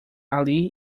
ali